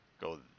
Go